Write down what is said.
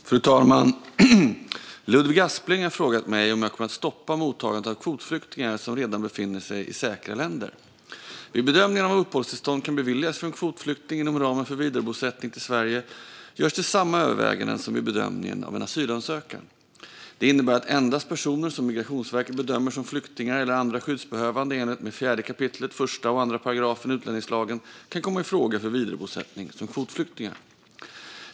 Fru talman! Ludvig Aspling har frågat mig om jag kommer att stoppa mottagandet av kvotflyktingar som redan befinner sig i säkra länder. Vid bedömningen av om uppehållstillstånd kan beviljas för en kvotflykting inom ramen för vidarebosättning till Sverige görs det samma överväganden som vid bedömningen av en asylansökan. Det innebär att endast personer som Migrationsverket bedömer som flyktingar eller andra skyddsbehövande i enlighet med 4 kap. 1-2 § utlänningslagen kan komma i fråga för vidarebosättning som kvotflyktingar.